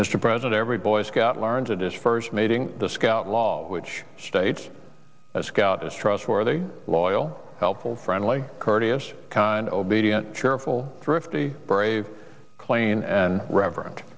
mr president every boy scout learns it is first meeting the scout law which states that scout is trustworthy loyal helpful friendly courteous kind obedient cheerful thrifty brave plain and reverent